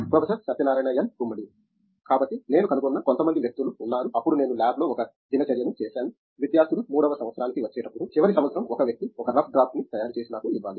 professor Satyanarayana N Gummadi కాబట్టి నేను కనుగొన్న కొంతమంది వ్యక్తులు ఉన్నారు అప్పుడు నేను ల్యాబ్లో ఒక దినచర్యను చేసాను విద్యార్థులు మూడవ సంవత్సరానికి వచ్చేటప్పుడు చివరి సంవత్సరం ఒక వ్యక్తి 1 రఫ్ డ్రాఫ్ట్ ని తయారు చేసి నాకు ఇవ్వాలి